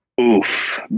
oof